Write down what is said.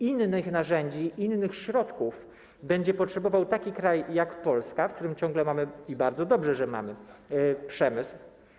Innych narzędzi, innych środków będzie potrzebował taki kraj jak Polska, w którym ciągle mamy, i bardzo dobrze, że mamy, przemysł.